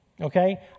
Okay